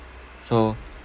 so